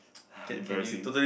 !ha! embarrassing